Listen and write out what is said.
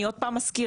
אני עוד פעם מזכירה,